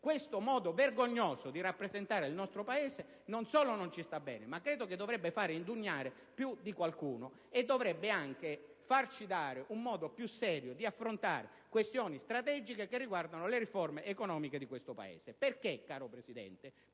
Questo modo vergognoso di rappresentare il nostro Paese non solo non ci sta bene, ma dovrebbe far indignare più di qualcuno e dovrebbe anche farci individuare un modo più serio di affrontare questioni strategiche riguardanti le riforme economiche di questo Paese. Signor Presidente,